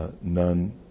none